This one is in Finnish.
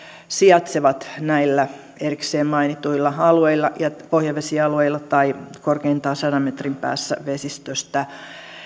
sijaitsevat näillä erikseen mainituilla alueilla ja pohjavesialueilla tai korkeintaan sadan metrin päässä vesistöstä